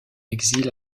exil